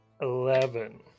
Eleven